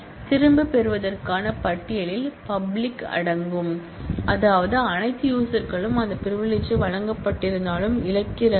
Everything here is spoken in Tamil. திரும்பப் பெறுவதற்கான பட்டியலில் பப்லிக் அடங்கும் அதாவது அனைத்து யூசர்களும் அந்த பிரிவிலிஜ்யை வழங்கப்பட்டிருந்தாலும் இழக்கிறார்கள்